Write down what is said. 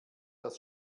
das